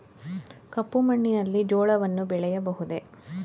ಕಪ್ಪು ಮಣ್ಣಿನಲ್ಲಿ ಜೋಳವನ್ನು ಬೆಳೆಯಬಹುದೇ?